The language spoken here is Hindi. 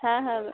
हाँ हाँ